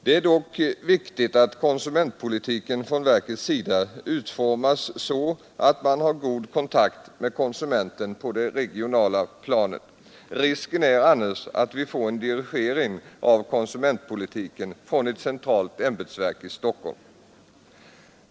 Det är emellertid viktigt att konsumentpolitiken från verkets sida utformas så, att man har god kontakt med konsumenten på det regionala planet; risken är annars att vi får en dirigering av konsumentpolitiken från ett centralt ämbetsverk i Stockholm.